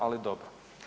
Ali dobro.